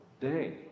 day